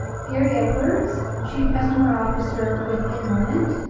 gary edwards, chief customer officer with inmoment.